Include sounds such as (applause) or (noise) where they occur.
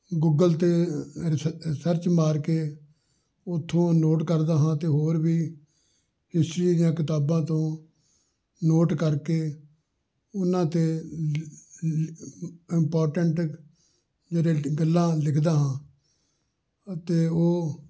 Google 'ਤੇ research ਮਾਰ ਕੇ ਉੱਥੋਂ ਨੋਟ ਕਰਦਾ ਹਾਂ ਅਤੇ ਹੋਰ ਵੀ ਹਿਸਟਰੀ ਦੀਆਂ ਕਿਤਾਬਾਂ ਤੋਂ ਨੋਟ ਕਰਕੇ ਉਹਨਾਂ 'ਤੇ (unintelligible) ਇੰਪੋਰਟੈਂਟ ਜਿਹੜੀਆਂ ਗੱਲਾਂ ਲਿਖਦਾ ਹਾਂ ਅਤੇ ਉਹ